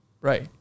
Right